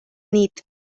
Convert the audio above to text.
nit